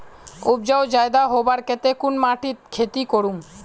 उपजाऊ ज्यादा होबार केते कुन माटित खेती करूम?